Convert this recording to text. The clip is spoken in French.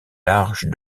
large